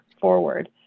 forward